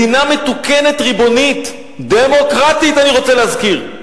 מדינה מתוקנת, ריבונית, דמוקרטית אני רוצה להזכיר,